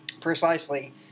precisely